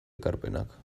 ekarpenak